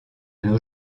nos